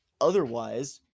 Otherwise